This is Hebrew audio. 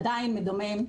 עדיין מדמם.